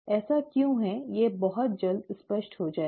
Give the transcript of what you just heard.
ऐसा क्यों है यह बहुत जल्द स्पष्ट हो जाएगा